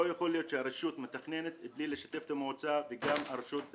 לא יכול להיות שהרשות מתכננת בלי לשתף את המועצה ואת התושבים.